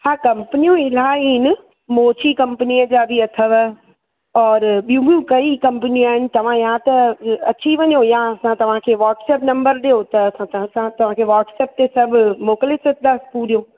हा कंपिनियूं इलाही इन मोची कंपिनीअ जा बि अथव और ॿियूं बि कई कंपिनियूं आहिनि तव्हां या त अची वञो या असां तव्हांखे वॉटसअप नम्बर ॾियो त असां त असां तव्हांखे वॉट्सअप ते सभु मोकिले छॾिंदासि पूरियो